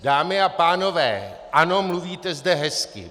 Dámy a pánové, ano, mluvíte zde hezky.